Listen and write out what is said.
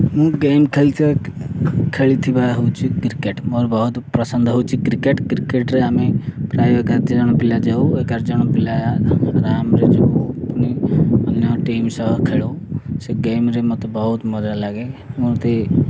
ମୁଁ ଗେମ୍ ଖେଳିଥିବା ଖେଳିଥିବା ହେଉଛି କ୍ରିକେଟ୍ ମୋର ବହୁତ ପ୍ରସନ୍ଦ ହେଉଛି କ୍ରିକେଟ୍ କ୍ରିକେଟ୍ରେ ଆମେ ପ୍ରାୟ ଏଗାର ଜଣ ପିଲା ଯାଉ ଏଗାର ଜଣ ପିଲା ରାମରେ ଯାଉ ପୁଣି ଅନ୍ୟ ଟିମ୍ ସହ ଖେଳୁ ସେ ଗେମ୍ରେ ମୋତେ ବହୁତ ମଜା ଲାଗେ ମୋତେ